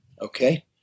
Okay